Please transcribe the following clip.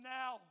now